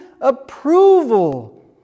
approval